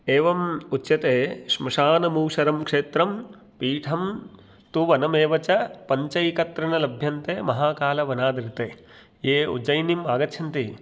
एवम् उच्यते श्मशानमूसरं क्षेत्रं पीठं तु वनमेव च पञ्चैकत्र न लभ्यन्ते महाकालवनादृते ये उज्जयनिं आगच्छन्ति